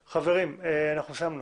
חברים, אנחנו צריכים לסיים.